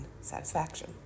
satisfaction